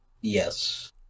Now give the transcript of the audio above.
Yes